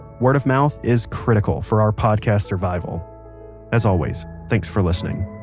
word of mouth is critical for our podcast survival as always, thanks for listening